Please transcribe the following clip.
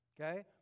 okay